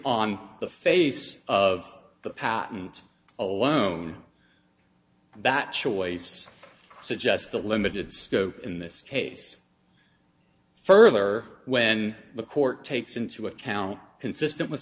on the face of the patent alone that choice suggests that limited scope in this case further when the court takes into account consistent with